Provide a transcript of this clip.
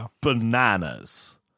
bananas